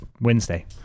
Wednesday